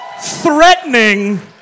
threatening